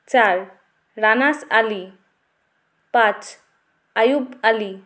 চার রানাস আলি পাঁচ আয়ুব আলি